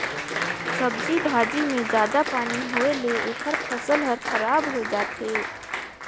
सब्जी भाजी मे जादा पानी होए ले एखर फसल हर खराब होए जाथे